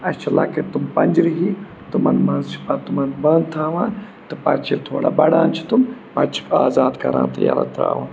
اَسہِ چھِ لۄکٕٹۍ تِم پَنجرِ ہی تِمَن منٛز چھِ پَتہٕ تِمَن بَنٛد تھاوان تہٕ پَتہٕ چھِ ییٚلہِ تھوڑا بَڑان چھِ تِم پَتہٕ چھِکھ آزاد کَران تہٕ یَیٚلہٕ ترٛاوان